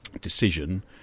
decision